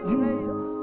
Jesus